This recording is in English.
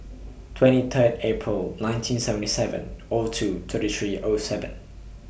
twenty Third April nineteen seventy seven O two thirty three O seven